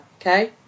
Okay